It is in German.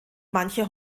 manche